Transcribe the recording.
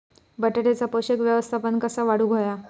बटाट्याचा पोषक व्यवस्थापन कसा वाढवुक होया?